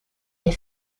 les